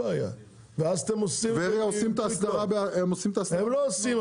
ואז אתם עושים --- טבריה עושים את ההסדרה --- הם לא עושים,